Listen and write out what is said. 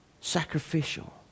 Sacrificial